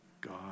God